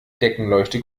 deckenleuchte